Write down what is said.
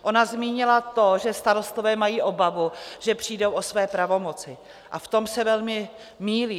Ona zmínila to, že starostové mají obavu, že přijdou o své pravomoci, a v tom se velmi mýlí.